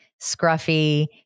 scruffy